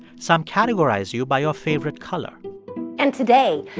some categorize you by your favorite color and today,